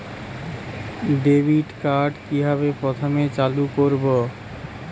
Debit card কিভাবে প্রথমে চালু করব?